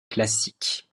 classique